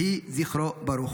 יהי זכרו ברוך.